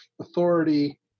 authority